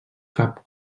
cap